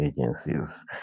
agencies